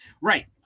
right